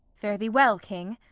fare thee well, king.